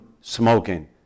smoking